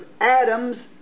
Adam's